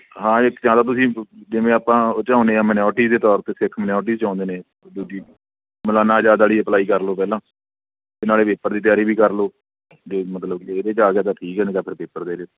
ਹਾਂ ਇੱਕ ਜਾਂ ਤਾਂ ਤੁਸੀਂ ਜਿਵੇਂ ਆਪਾਂ ਉਹ 'ਚ ਆਉਂਦੇ ਹਾਂ ਮਨਿਓਰਟੀ ਦੇ ਤੌਰ 'ਤੇ ਸਿੱਖ ਮਨਿਓਰਟੀ 'ਚ ਆਉਂਦੇ ਨੇ ਦੂਜੀ ਮੌਲਾਨਾ ਅਜ਼ਾਦ ਵਾਲੀ ਅਪਲਾਈ ਕਰ ਲਓ ਪਹਿਲਾਂ ਅਤੇ ਨਾਲੇ ਪੇਪਰ ਦੀ ਤਿਆਰੀ ਵੀ ਕਰ ਲਉ ਜੇ ਮਤਲਬ ਕਿ ਇਹਦੇ 'ਚ ਆ ਗਿਆ ਤਾਂ ਠੀਕ ਹੈ ਨਹੀਂ ਤਾਂ ਫਿਰ ਪੇਪਰ ਦੇ ਲਿਓ